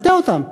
נטה אותם.